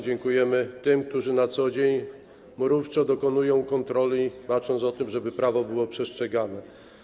Dziękujemy tym, którzy na co dzień mrówczo wykonują kontrole, bacząc na to, żeby prawo było przestrzegane.